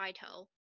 title